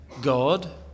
God